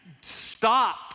Stop